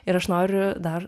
ir aš noriu dar